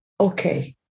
Okay